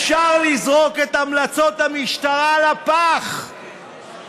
אפשר לזרוק את המלצות המשטרה לפח